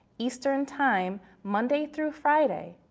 eastern time monday through friday.